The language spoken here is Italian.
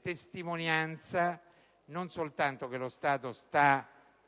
testimonianza del fatto che non soltanto